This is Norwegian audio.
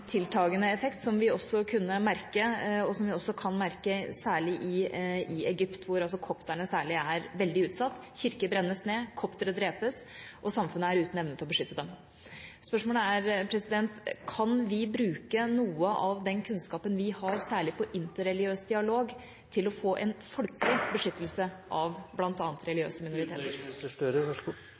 tiltagende effekt som vi også kan merke særlig i Egypt, hvor kopterne, særlig, er veldig utsatt. Kirker brennes ned, koptere drepes, og samfunnet er uten evne til å beskytte dem. Spørsmålet er: Kan vi bruke noe av den kunnskapen vi har særlig på interreligiøs dialog, til å få en folkelig beskyttelse av bl.a. religiøse minoriteter?